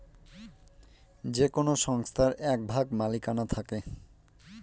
যে কোনো সংস্থার এক ভাগ মালিকানা থাকে